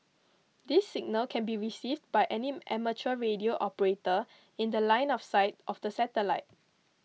this signal can be received by any amateur radio operator in The Line of sight of the satellite